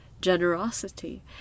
generosity